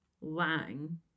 Lang